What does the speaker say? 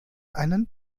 einen